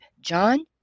John